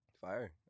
Fire